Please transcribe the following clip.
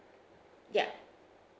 yup